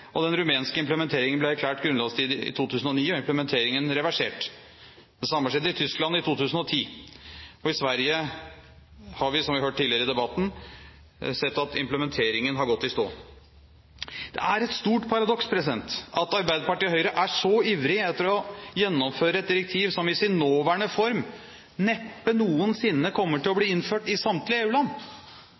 Tsjekkia. Den rumenske implementeringen ble erklært grunnlovsstridig i 2009, og implementeringen ble reversert. Det samme skjedde i Tyskland i 2010. I Sverige har vi, som vi har hørt tidligere i debatten, sett at implementeringen har gått i stå. Det er et stort paradoks at Arbeiderpartiet og Høyre er så ivrige etter å gjennomføre et direktiv som i sin nåværende form neppe noensinne kommer til å bli innført i samtlige